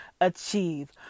achieve